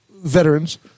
veterans